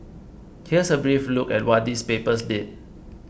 here's a brief look at what these papers did